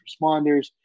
responders